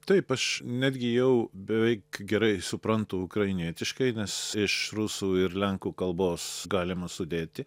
taip aš netgi jau beveik gerai suprantu ukrainietiškai nes iš rusų ir lenkų kalbos galima sudėti